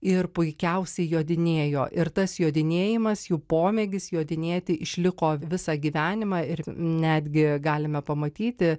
ir puikiausiai jodinėjo ir tas jodinėjimas jų pomėgis jodinėti išliko visą gyvenimą ir netgi galime pamatyti